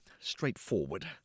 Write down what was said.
straightforward